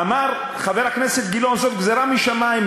אמר חבר הכנסת גילאון: זאת גזירה משמים.